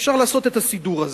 אפשר לעשות את הסידור הזה.